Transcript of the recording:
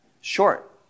short